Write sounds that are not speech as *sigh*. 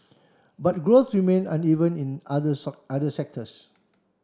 but growth remain uneven in other *unintelligible* other sectors